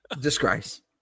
Disgrace